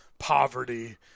poverty